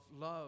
love